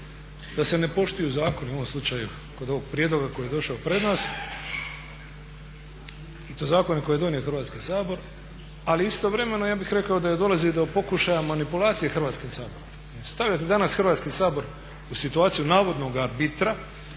da se ne poštuju zakoni u ovom slučaju kod ovog prijedloga koji je došao pred nas i to zakoni koje je donio Hrvatski sabor. Ali istovremeno ja bih rekao da dolazi do pokušaja manipulacije Hrvatskog sabora. Stavljate danas Hrvatski sabor u situaciju navodnog arbitra